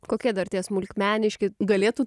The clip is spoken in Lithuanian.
kokie dar tie smulkmeniški galėtų